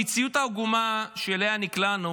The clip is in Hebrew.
המציאות העגומה שאליה נקלענו